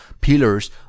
pillars